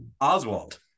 Oswald